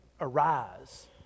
arise